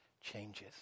changes